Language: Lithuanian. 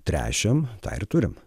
tręšiam tą ir turim